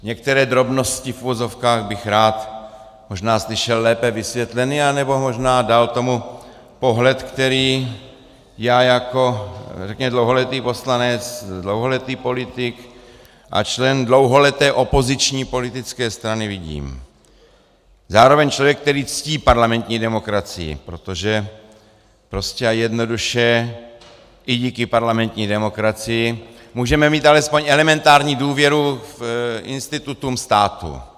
Některé drobnosti v uvozovkách bych rád možná slyšel lépe vysvětleny nebo možná dal tomu pohled, který já jako řekněme dlouholetý poslanec, dlouholetý politik a člen dlouholeté opoziční politické strany vidím, zároveň člověk, který ctí parlamentní demokracii, protože prostě a jednoduše, i díky parlamentní demokracii můžeme mít alespoň elementární důvěru k institutům státu.